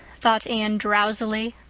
thought anne, drowsily.